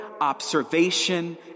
observation